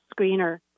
screener